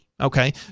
Okay